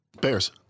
Bears